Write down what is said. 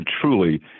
truly